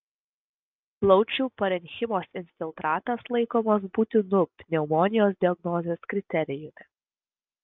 plaučių parenchimos infiltratas laikomas būtinu pneumonijos diagnozės kriterijumi